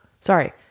Sorry